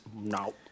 No